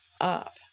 up